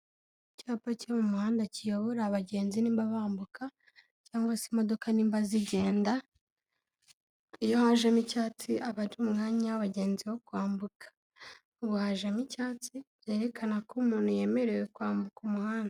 Icyapa cyo mu muhanda kiyobora abagenzi nimba bambuka cyangwa se imodoka nimba zigenda, iyo hajemo icyatsi aba ari mu mwanya w'abagenzi wo kwambuka, wajemo icyatsi byerekana ko umuntu yemerewe kwambuka umuhanda.